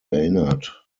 erinnert